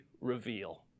reveal